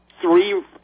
three